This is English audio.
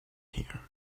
here